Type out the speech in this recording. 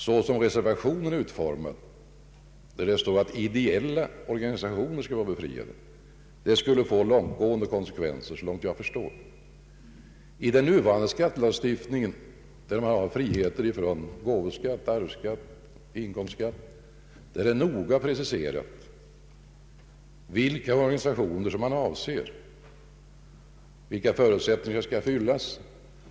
Så som reservationen är utformad, där det står att ideella organisationer skall vara befriade från den här avgiften, skulle ett bifall till den få långtgående konsekvenser, såvitt jag förstår. I den nuvarande skattelagstiftningen, som i vissa fall medger befrielse från gåvoskatt, arvskatt och inkomstskatt, är det noga preciserat vilka organisationer som avses, vilka förutsättningar som skall vara uppfyllda.